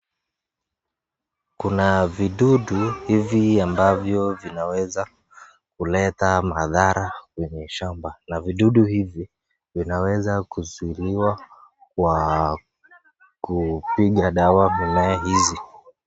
Kuna vidudu hivi ambavyo inaweza kuleta maadhara kwenye shamba, na vidudu hivi vinaweza kuizuliwa kwa kupiga dawa mimea hizi.